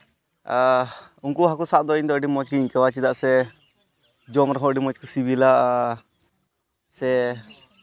ᱟᱨ ᱩᱱᱠᱩ ᱦᱟᱹᱠᱩ ᱥᱟᱵ ᱫᱚ ᱟᱹᱰᱤ ᱢᱚᱡᱽ ᱜᱤᱧ ᱟᱹᱭᱠᱟᱹᱣᱟ ᱪᱮᱫᱟᱜ ᱥᱮ ᱡᱚᱢ ᱨᱮᱦᱚᱸ ᱟᱹᱰᱤ ᱢᱚᱡᱽ ᱠᱚ ᱥᱤᱵᱤᱞᱟ ᱥᱮ